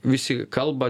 visi kalba